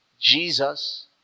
Jesus